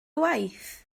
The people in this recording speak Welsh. waith